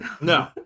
No